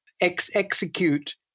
execute